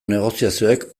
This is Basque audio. negoziazioek